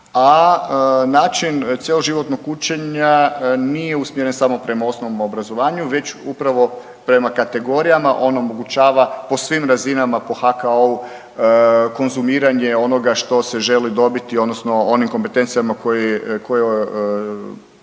a način cjeloživotnog učenja nije usmjeren samo prema osnovnom obrazovanju, već upravo prema kategorijama on omogućava po svim razinama po HKO-u konzumiranje onoga što se želi dobiti odnosno onim kompetencijama koje